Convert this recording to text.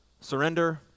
Surrender